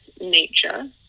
nature